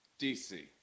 DC